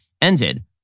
ended